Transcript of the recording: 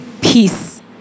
peace